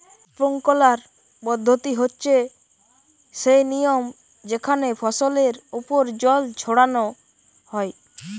sprinkler পদ্ধতি হচ্ছে সেই নিয়ম যেখানে ফসলের ওপর জল ছড়ানো হয়